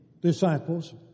disciples